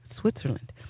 Switzerland